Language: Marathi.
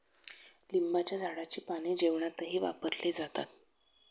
लिंबाच्या झाडाची पाने जेवणातही वापरले जातात